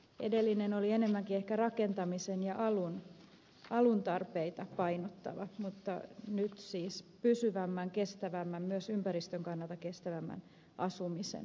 edellinen oli enemmänkin ehkä rakentamisen ja alun tarpeita painottava mutta nyt siis pysyvämmän kestävämmän myös ympäristön kannalta kestävämmän asumisen näkökulmasta tehty